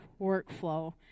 workflow